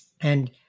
And-